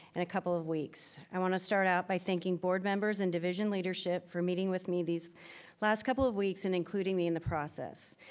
and a couple of weeks. i wanna start out by thinking board members and division leadership for meeting with me these last couple of weeks and including me in the process.